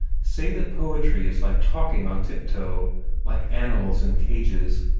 say that poetry is like talking on tiptoe like animals in cages,